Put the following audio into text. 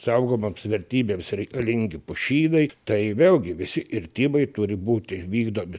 saugomoms vertybėms reikalingi pušynai tai vėlgi visi kirtimai turi būti vykdomi